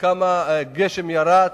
כמה גשם ירד,